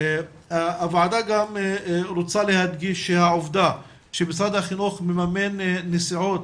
הוועדה גם רוצה להדגיש שהעובדה שמשרד החינוך מממן נסיעות